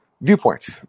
viewpoints